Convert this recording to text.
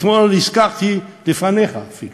אתמול הזכרתי לפניך אפילו